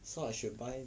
so I should buy